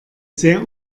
sehr